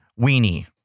weenie